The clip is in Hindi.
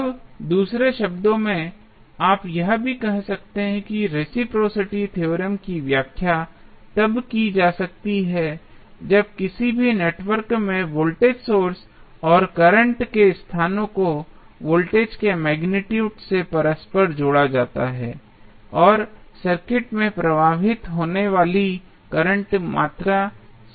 अब दूसरे शब्दों में आप यह भी कह सकते हैं कि रेसिप्रोसिटी थ्योरम की व्याख्या तब की जा सकती है जब किसी भी नेटवर्क में वोल्टेज सोर्स और करंट के स्थानों को वोल्टेज के मैगनीटुड से परस्पर जोड़ा जाता है और सर्किट में प्रवाहित होने वाली करंट मात्रा की समान रहती है